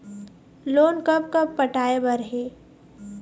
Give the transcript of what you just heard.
Loan कब कब पटाए बर हे?